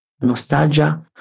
nostalgia